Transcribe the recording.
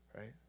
Right